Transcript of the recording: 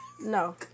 no